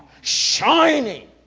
shining